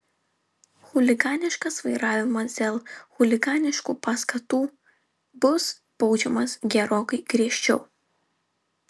chuliganiškas vairavimas dėl chuliganiškų paskatų bus baudžiamas gerokai griežčiau